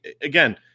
again